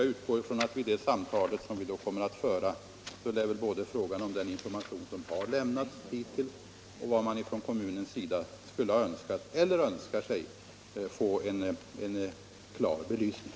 Jag utgår från att vid det samtal vi då kommer att föra skall både den information som hittills har lämnats och vad kommunen skulle ha önskat eller önskar sig att få en klar belysning.